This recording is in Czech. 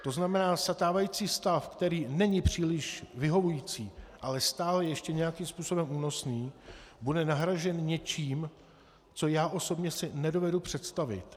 To znamená, stávající stav, který není příliš vyhovující, ale stále ještě nějakým způsobem únosný, bude nahrazen něčím, co já osobně si nedovedu představit.